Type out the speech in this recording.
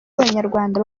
abanyarwanda